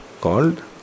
called